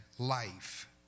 life